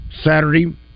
Saturday